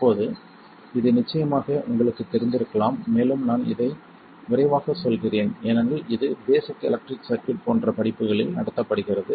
இப்போது இது நிச்சயமாக உங்களுக்குத் தெரிந்திருக்கலாம் மேலும் நான் இதை விரைவாகச் செல்கிறேன் ஏனெனில் இது பேஸிக் எலெக்ட்ரிக் சர்க்யூட் போன்ற படிப்புகளில் நடத்தப்படுகிறது